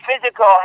physical